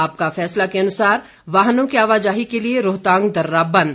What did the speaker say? आपका फैसला के अनुसार वाहनों की आवाजाही के लिए रोहतांग दर्रा बंद